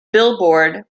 billboard